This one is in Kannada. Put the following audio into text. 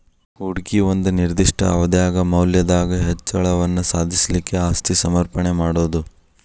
ಹೂಡಿಕಿ ಒಂದ ನಿರ್ದಿಷ್ಟ ಅವಧ್ಯಾಗ್ ಮೌಲ್ಯದಾಗ್ ಹೆಚ್ಚಳವನ್ನ ಸಾಧಿಸ್ಲಿಕ್ಕೆ ಆಸ್ತಿ ಸಮರ್ಪಣೆ ಮಾಡೊದು